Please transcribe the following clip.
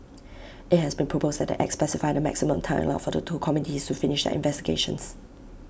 IT has been proposed that the act specify the maximum time allowed for the two committees to finish their investigations